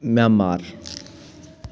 Myanmar